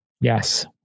Yes